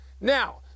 Now